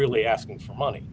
really asking for money